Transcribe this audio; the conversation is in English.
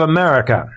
America